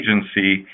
agency